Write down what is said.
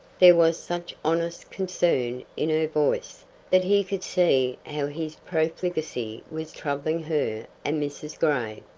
there was such honest concern in her voice that he could see how his profligacy was troubling her and mrs. gray.